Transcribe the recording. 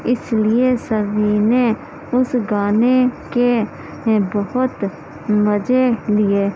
اس لیے سبھی نے اس گانے کے بہت مزے لیے